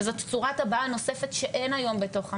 וזו צורת הבעה נוספת שאין היום בתוך המערכת,